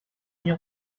neo